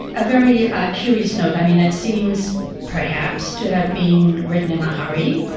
a very curious note. i mean, it seems perhaps to have been written in a hurry,